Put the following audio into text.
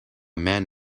man